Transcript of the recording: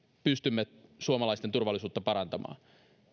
pystymme suomalaisten turvallisuutta parantamaan